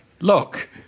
Look